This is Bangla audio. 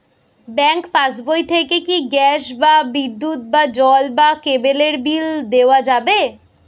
ব্যাঙ্ক পাশবই থেকে কি গ্যাস বা বিদ্যুৎ বা জল বা কেবেলর বিল দেওয়া যাবে?